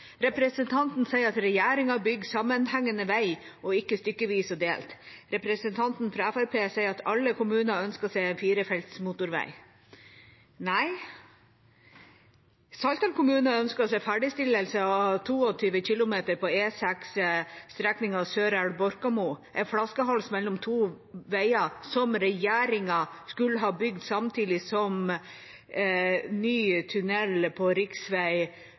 Representanten sier at regjeringa bygger sammenhengende vei, og ikke stykkevis og delt. Representanten fra Fremskrittspartiet sier at alle kommuner ønsker seg firefelts motorvei. Nei, Saltdal kommune ønsker seg ferdigstillelse av 22 kilometer på E6, strekningen Sørelva–Borkemo, en flaskehals mellom to veier som regjeringa skulle ha bygd samtidig som ny tunnel på